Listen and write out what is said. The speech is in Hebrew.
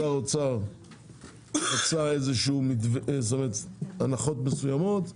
שר האוצר רצה איזשהן הנחות מסוימות,